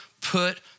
put